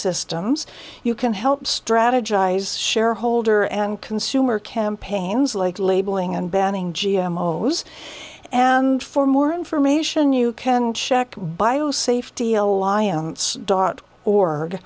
systems you can help strategize shareholder and consumer campaigns like labeling and banning g m o foods and for more information you can check bio safety alliance dot org